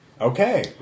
Okay